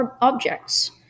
objects